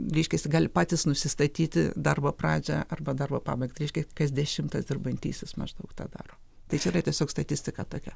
reiškiasi gali patys nusistatyti darbo pradžią arba darbo pabaigą reiškia kas dešimtas dirbantysis maždaug tą daro tai čia tai tiesiog statistika tokia